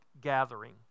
gathering